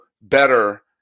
better